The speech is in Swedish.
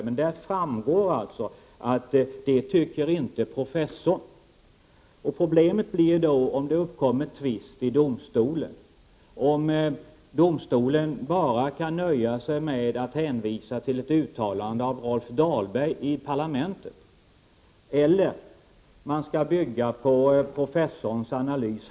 Av denna analys framgår att professor Hellner inte har samma åsikt som Rolf Dahlberg. Problemen uppkommer om det blir tvist i domstol och om domstolen kan nöja sig med att hänvisa sig till ett uttalande av Rolf Dahlberg i parlamentet eller om den skall utgå från professorns analys.